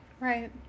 Right